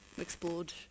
explored